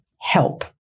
Help